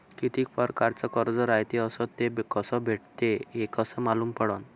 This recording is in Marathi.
कितीक परकारचं कर्ज रायते अस ते कस भेटते, हे कस मालूम पडनं?